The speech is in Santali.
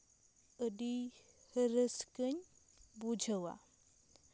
ᱟᱹᱰᱤ ᱨᱟᱹᱥᱠᱟᱹᱧ ᱵᱩᱡᱷᱟᱹᱣᱟ